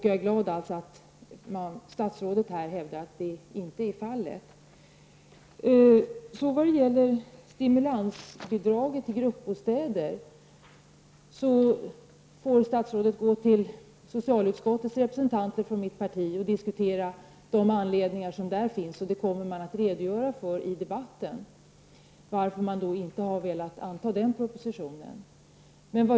Jag är glad över att statsrådet hävdar att så inte är fallet. När det gäller stimulansbidraget till gruppbostäder får statsrådet gå till mitt partis representanter i socialutskottet och diskutera skälen. Man kommer att i debatten redogöra för varför man inte har velat anta den propositionen.